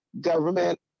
government